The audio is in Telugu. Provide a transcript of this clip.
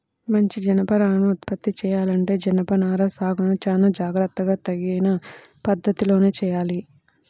మంచి జనపనారను ఉత్పత్తి చెయ్యాలంటే జనపనార సాగును చానా జాగర్తగా తగిన పద్ధతిలోనే చెయ్యాలి